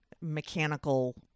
mechanical